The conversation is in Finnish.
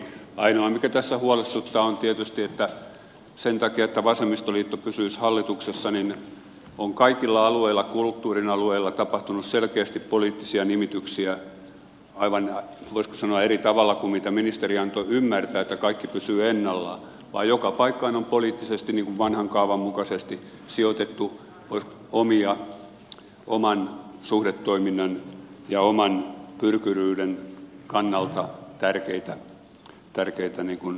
ainoa mikä tässä huolestuttaa on tietysti se että sen takia että vasemmistoliitto pysyisi hallituksessa on kaikilla kulttuurin alueilla tapahtunut selkeästi poliittisia nimityksiä aivan voisiko sanoa eri tavalla kuin mitä ministeri antoi ymmärtää eli että kaikki pysyy ennallaan vaan joka paikkaan on poliittisesti vanhan kaavan mukaisesti sijoitettu omia oman suhdetoiminnan ja oman pyrkyryyden kannalta tärkeitä vakansseja